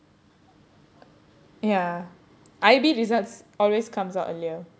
ya I_B results always comes out earlier